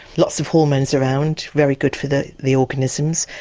lots of hormones around, very good for the the organisms.